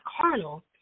carnal